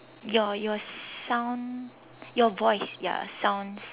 your your sound your voice ya sounds